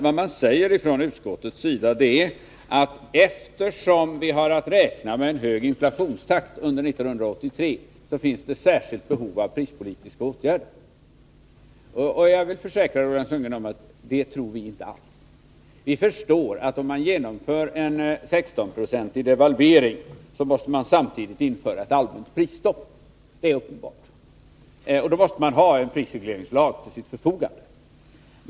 Vad utskottet säger är att det, eftersom vi har att räkna med en hög inflationstakt under 1983, finns ett särskilt stort behov av prispolitiska åtgärder. Jag vill försäkra Roland Sundgren att det tror jag inte alls. Om man genomför en 16-procentig devalvering, måste man givetvis samtidigt införa ett allmänt prisstopp. Det är uppenbart, och då måste man ha en prisregleringslag till sitt förfogande.